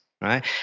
right